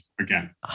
again